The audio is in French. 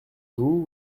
vous